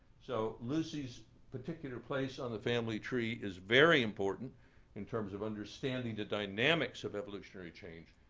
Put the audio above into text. so lucy's particular place on the family tree is very important in terms of understanding the dynamics of evolutionary change,